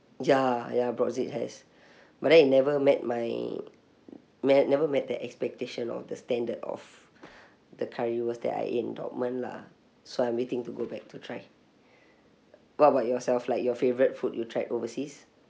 ya ya brotzeit has but then it never met my met never met the expectation or the standard of the currywurst that I ate in dortmund lah so I'm waiting to go back to try what about yourself like your favourite food you tried overseas